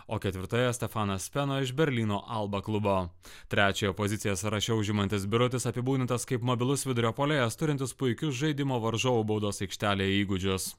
o ketvirtoje stefanas peno iš berlyno alba klubo trečiąją poziciją sąraše užimantis birutis apibūdintas kaip mobilus vidurio puolėjas turintis puikius žaidimo varžovų baudos aikštelėj įgūdžius